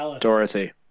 Dorothy